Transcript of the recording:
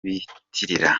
biyitirira